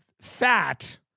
fat